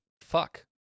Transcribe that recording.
fuck